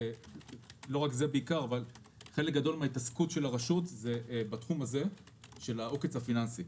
חלק גדול מן ההתעסקות של הרשות הוא בתחום הזה של העוקץ הפיננסי.